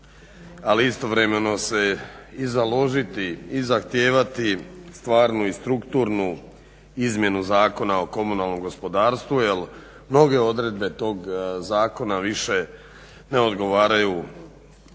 ali istovremeno se i založiti i zahtijevati stvarnu i strukturnu izmjenu Zakona o komunalnom gospodarstvu jer mnoge odredbe tog zakona više ne odgovaraju